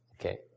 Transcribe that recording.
Okay